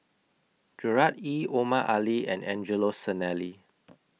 Gerard Ee Omar Ali and Angelo Sanelli